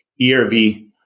ERV